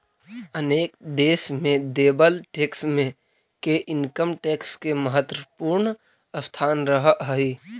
अनेक देश में देवल टैक्स मे के इनकम टैक्स के महत्वपूर्ण स्थान रहऽ हई